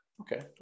Okay